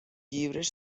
llibres